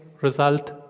result